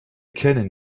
kennen